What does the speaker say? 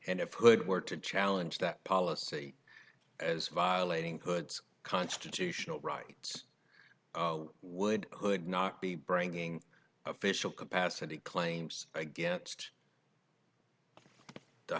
and if good were to challenge that policy as violating good's constitutional rights would or would not be bringing official capacity claims against